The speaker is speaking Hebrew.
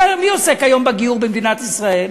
הרי מי עוסק היום בגיור במדינת ישראל?